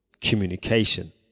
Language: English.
communication